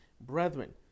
Brethren